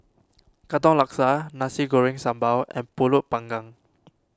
Katong Laksa Nasi Goreng Sambal and Pulut Panggang